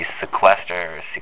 sequester